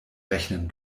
rechnen